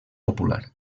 popular